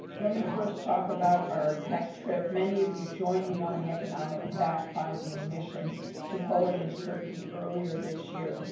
let me first talk about our pec trip. many of you joined me on the economic fact finding mission to poland and turkey earlier this year.